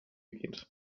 geht